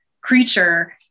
creature